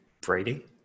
Brady